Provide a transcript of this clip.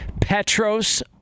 petros